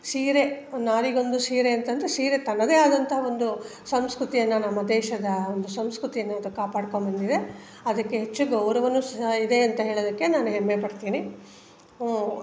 ಸೀರೆ ನಾರಿಗೊಂದು ಸೀರೆ ಅಂತ ಅಂದ್ರೆ ಸೀರೆ ತನ್ನದೇ ಆದಂತಹ ಒಂದು ಸಂಸ್ಕೃತಿಯನ್ನು ನಮ್ಮ ದೇಶದ ಒಂದು ಸಂಸ್ಕೃತಿಯನ್ನ ಅದು ಕಾಪಾಡ್ಕೊಂಡ್ಬಂದಿದೆ ಅದಕ್ಕೆ ಹೆಚ್ಚು ಗೌರವವೂ ಸಹ ಇದೆ ಅಂತ ಹೇಳೋದಕ್ಕೆ ನಾನು ಹೆಮ್ಮೆಪಡ್ತೀನಿ